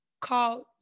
called